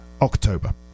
october